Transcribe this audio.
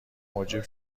موجب